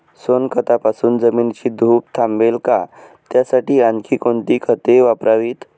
सोनखतापासून जमिनीची धूप थांबेल का? त्यासाठी आणखी कोणती खते वापरावीत?